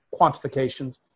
quantifications